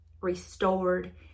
restored